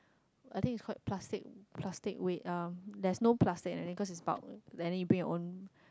I think is called plastic plastic waste uh there is no plastic because it's bulk and then you bring your own